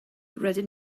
rydyn